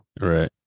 right